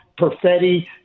Perfetti